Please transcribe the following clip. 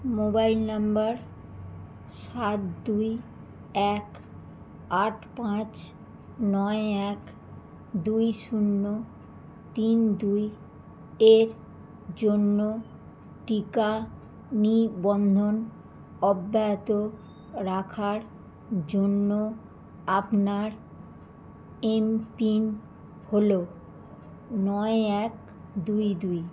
mobile number সাত দুই এক আট পাঁচ নয় এক দুই শূন্য তিন দুই এর জন্য টিকা নিবন্ধন অব্যাহত রাখার জন্য আপনার এমপিন হলো নয় এক দুই দুই